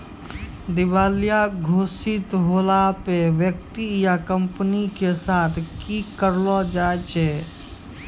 दिबालिया घोषित होला पे व्यक्ति या कंपनी के साथ कि करलो जाय छै?